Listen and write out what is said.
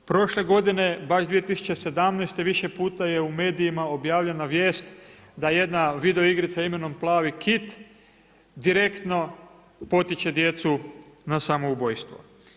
Prošle godine, baš 2017. više puta je u medijima objavljena vijest da jedna video igrica imenom Plavi kit direktno potiče djecu na samoubojstvo.